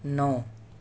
نو